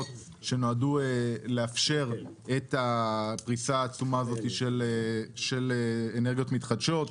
שנועדו לאפשר את הפריסה העצומה הזאת של אנרגיות מתחדשות.